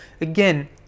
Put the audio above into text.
again